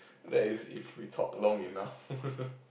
that is if we talk long enough